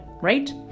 right